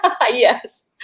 Yes